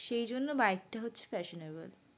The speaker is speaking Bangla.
সেই জন্য বাইকটা হচ্ছে ফ্যাশনেবল